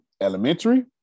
elementary